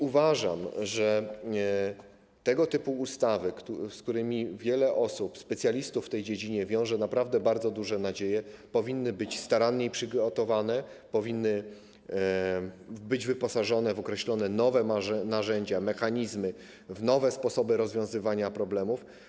Uważam, że tego typu ustawy, z którymi wiele osób, specjalistów w tej dziedzinie, wiąże naprawdę bardzo duże nadzieje, powinny być staranniej przygotowane, powinny określać nowe narzędzia, mechanizmy, nowe sposoby rozwiązywania problemów.